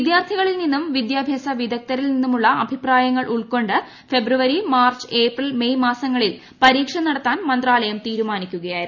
വിദ്യാർത്ഥികളിൽ നിന്നും വിദ്യാഭ്യാസ വിദഗ്ദ്ധരിൽ നിന്നുമുള്ള അഭിപ്രായങ്ങൾ ഉൾക്കൊണ്ട് ഫെബ്രുവരി മാർച്ച് ഏപ്രിൽ മെയ് മാസങ്ങളിൽ പരീക്ഷ നടത്താൻ മന്ത്രാലയം തീരുമാനിക്കുകയായിരുന്നു